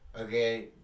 Okay